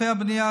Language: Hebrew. ענפי הבנייה,